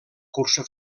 cursa